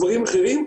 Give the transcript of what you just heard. דברים אחרים,